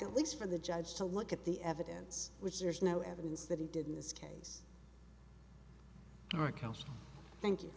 at least for the judge to look at the evidence which there is no evidence that he did in this case thank you